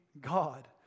God